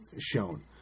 shown